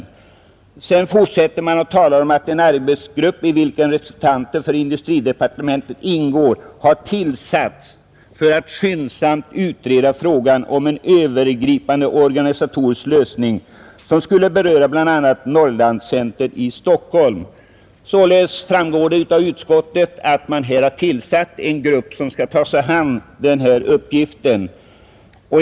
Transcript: I utskottsbetänkandet fortsätter man att tala om att en ”arbetsgrupp i vilken representanter för industridepartementet ingår har tillsatts för att skyndsamt utreda frågan om en övergripande organisatorisk lösning som skulle beröra bl.a. Norrlands Center i Stockholm, ———”. Således framgår det av utskottsbetänkandet att man har tillsatt en arbetsgrupp som skall ta sig an denna uppgift.